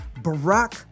Barack